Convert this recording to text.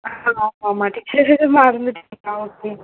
ஆமாம் ஆமாம் ஆமாம் டீச்சர் பேரே மறந்துவிட்டிங்களா ஆ ஓகே